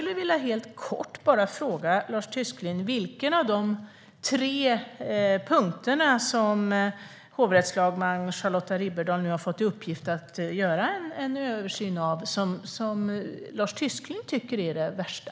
Låt mig därför helt kort fråga Lars Tysklind: Vilken av de tre punkterna som hovrättsman Charlotta Riberdahl har fått i uppgift att göra en översyn av tycker Lars Tysklind är den värsta?